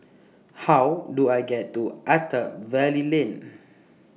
How Do I get to Attap Valley Lane